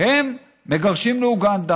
והם מגרשים לאוגנדה.